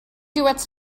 duets